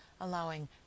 allowing